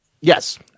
Yes